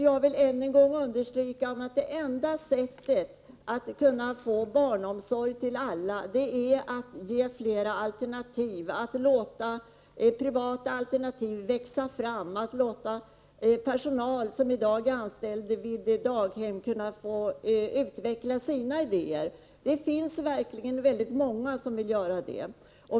Jag vill än en gång understryka att det enda sättet att få barnomsorg till alla är att erbjuda flera alternativ, att låta privata alternativ växa fram, att låta personalen som i dag är anställd vid daghem få utveckla sina idéer. Det finns verkligen väldigt många som vill göra det.